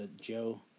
Joe